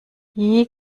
wie